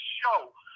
show